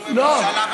סליחה,